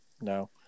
No